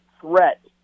threat